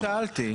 רק שאלתי.